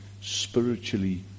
spiritually